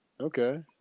Okay